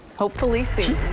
hopefully see you.